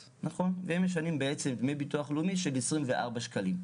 והם משלמים דמי ביטוח לאומי על סך 24 שקלים.